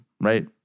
right